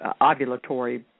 ovulatory